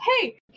hey